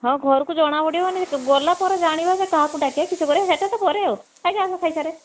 ହଁ ଘରୁକୁ ଜଣା ପଡ଼ିବନିକି ଗଲାପରେ ଜାଣିବା ଯେ କାହାକୁ ଡାକେ କିସ କରେ ସେଟା ତ ପରେ ଏ ଚାଲ ଚାଲ ଖାଇସାରେ